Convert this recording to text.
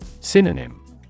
Synonym